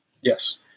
Yes